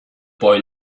boy